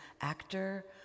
actor